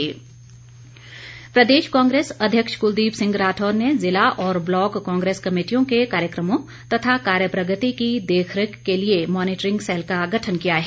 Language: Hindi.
राठौर प्रदेश कांग्रेस अध्यक्ष कुलदीप सिंह राठौर ने ज़िला और ब्लॉक कांग्रेस कमेटियों के कार्यक्रमों तथा कार्य प्रगति की देखरेख के लिए मॉनिटरिंग सैल का गठन किया है